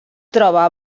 troba